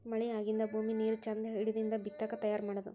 ಮಳಿ ಆಗಿಂದ ಭೂಮಿ ನೇರ ಚಂದ ಹಿಡದಿಂದ ಬಿತ್ತಾಕ ತಯಾರ ಮಾಡುದು